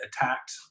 attacked